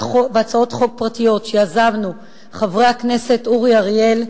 חוק פרטיות שיזמנו חבר הכנסת אורי אריאל,